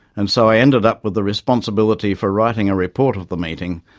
and so i ended up with the responsibility for writing a report of the meeting,